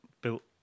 built